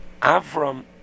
Avram